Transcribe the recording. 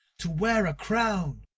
to wear a crown!